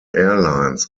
airlines